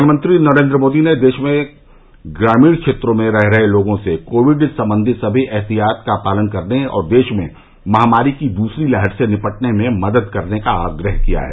प्रधानमंत्री नरेन्द्र मोदी ने देश के ग्रामीण क्षेत्रों में रह रहे लोगों से कोविड संबंधी सभी एहतियात का पालन करने और देश में महामारी की दूसरी लहर से निपटने में मदद करने का आग्रह किया है